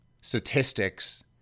statistics